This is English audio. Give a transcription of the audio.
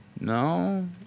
no